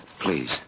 Please